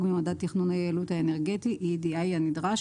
מממד תכנון היעילות האנרגטי (EEDI) הנדרש,